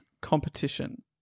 competition